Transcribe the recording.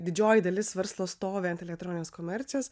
didžioji dalis verslo stovi ant elektroninės komercijos